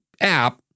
app